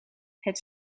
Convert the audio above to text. het